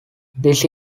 this